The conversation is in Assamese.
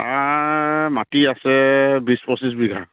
তাৰ মাটি আছে বিছ পঁচিছ বিঘা